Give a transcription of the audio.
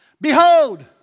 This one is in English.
Behold